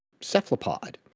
cephalopod